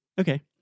okay